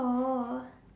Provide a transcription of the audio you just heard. oh